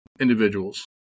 individuals